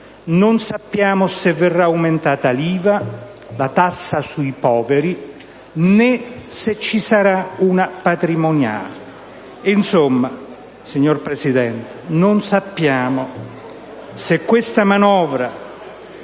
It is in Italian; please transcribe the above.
Non sappiamo se verrà aumentata l'IVA, la tassa sui poveri, né se ci sarà una patrimoniale. Insomma, signor Presidente, ci auguriamo che questa manovra